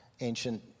ancient